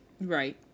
Right